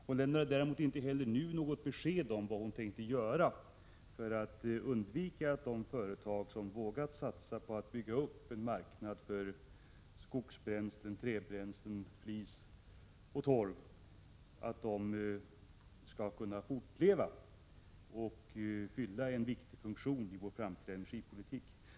Hon lämnade däremot inte heller nu något besked om vad hon tänker göra för att de företag som vågat satsa på att bygga upp en marknad för skogsbränslen, trädbränslen, flis och torv skall kunna fortleva och fylla en viktig funktion i vår framtida energipolitik.